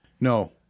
No